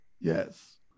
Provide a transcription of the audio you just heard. Yes